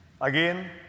again